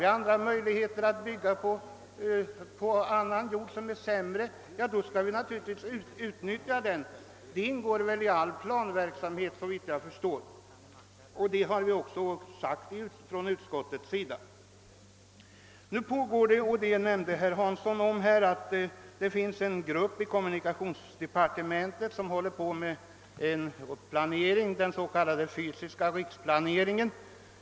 Finns det möjlighet att bygga på mark som är sämre, bör den möjligheten naturligtvis utnyttjas — detta ingår väl i all planeringsverksamhet, såvitt jag förstår, och det har också utskottet framhållit. Som herr Hansson här nämnt håller en grupp i kommunikationsdepartementet på med den s.k. fysiska riksplaneringen.